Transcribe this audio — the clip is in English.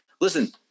listen